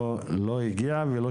לא הגיעה ולא